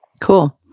cool